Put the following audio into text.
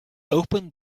opened